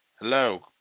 hello